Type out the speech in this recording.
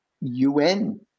UN